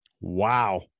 Wow